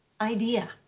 idea